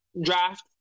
draft